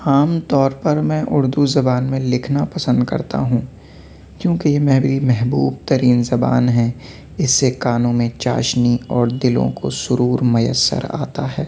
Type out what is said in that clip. عام طور پر میں اردو زبان میں لکھنا پسند کرتا ہوں کیونکہ میری محبوب ترین زبان ہے اس سے کانوں میں چاشنی اور دلوں کو سرور میسر آتا ہے